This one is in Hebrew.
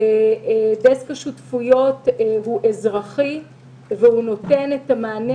דסק השותפויות הוא אזרחי והוא נותן מענה